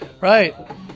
right